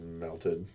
melted